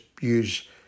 use